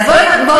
אז בוא נתחיל,